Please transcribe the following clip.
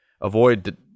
avoid